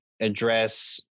address